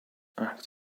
act